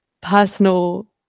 personal